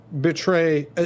betray